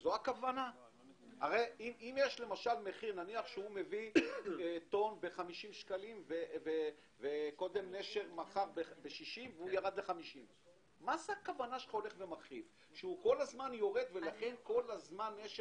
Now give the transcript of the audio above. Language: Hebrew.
- שהוא כל הזמן יורד ולכן כל הזמן נשר